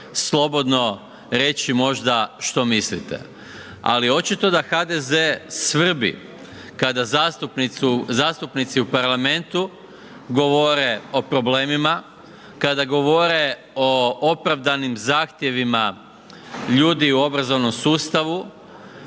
slobodno reći možda što mislite, ali očito da HDZ svrbi kada zastupnici u parlamentu govore o problemima, kada govore o opravdanim zahtjevima ljudi u obrazovnom sustavu